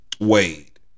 Wade